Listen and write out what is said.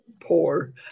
poor